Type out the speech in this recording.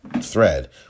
thread